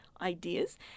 ideas